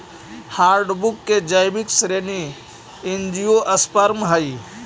hardwood के जैविक श्रेणी एंजियोस्पर्म हइ